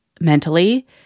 mentally